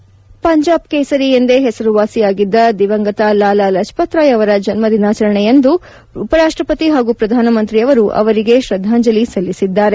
ಪಂಜಾಬ್ ಕೇಸರಿ ಎಂದೇ ಹೆಸರುವಾಸಿಯಾಗಿದ್ದ ದಿವಂಗತ ಲಾಲಾ ಲಜಪತ್ರಾಯ್ ಅವರ ಜನ್ಮ ದಿನಾಚರಣೆಯಂದು ಉಪರಾಷ್ಟಪತಿ ಹಾಗೂ ಪ್ರಧಾನಮಂತ್ರಿಯವರು ಅವರಿಗೆ ಶ್ರದ್ದಾಂಜಲಿ ಸಲ್ಲಿಸಿದ್ದಾರೆ